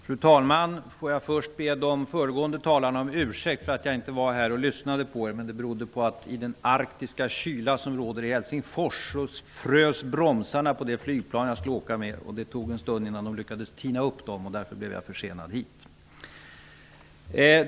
Fru talman! Låt mig först be de föregående talarna om ursäkt för att jag inte var här och lyssnade på dem. Det berodde på att i den arktiska kyla som råder i Helsingfors frös bromsarna på det flygplan som jag skulle åka med. Det tog en stund innan man lyckades tina upp dem, och jag blev därför försenad.